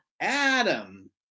Adam